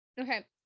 Okay